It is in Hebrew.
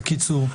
בקיצור.